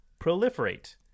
proliferate